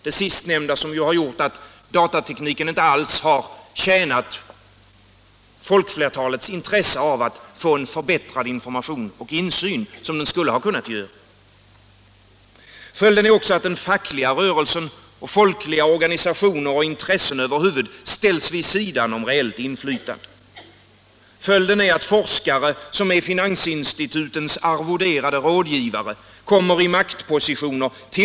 Det sistnämnda har ju medfört att datatekniken inte i den utsträckning som varit möjlig tillgodosett folkflertalets intresse av att få en förbättrad information och insyn. Följden är att den fackliga rörelsen, folkliga organisationer och intressen över huvud ställs vid sidan om reellt inflytande. Följden är att forskare som är finansinstitutens arvoderade rådgivare kommer i maktpositioner t.